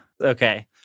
Okay